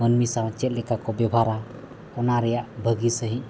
ᱢᱟᱱᱢᱤ ᱥᱟᱶ ᱪᱮᱫ ᱞᱮᱠᱟ ᱠᱚ ᱵᱮᱵᱷᱟᱨᱟ ᱚᱱᱟ ᱨᱮᱭᱟᱜ ᱵᱷᱟᱹᱜᱤ ᱥᱟᱹᱦᱤᱡ